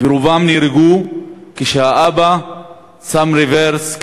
ורובם נהרגו כשהאבא שם רוורס,